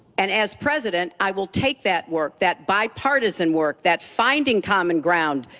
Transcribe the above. and as president, i will take that work, that bipartisan work, that finding common ground.